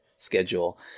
schedule